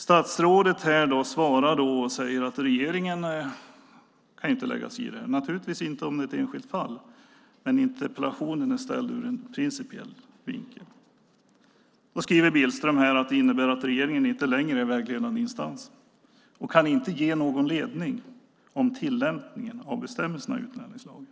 Statsrådet säger att regeringen inte kan lägga sig i detta. Naturligtvis kan regeringen inte lägga sig i ett enskilt fall. Men interpellationen är ställd ur en principiell vinkel. Billström skriver att det innebär att regeringen inte längre är vägledande instans och inte kan ge någon ledning om tillämpningen av bestämmelserna i utlänningslagen.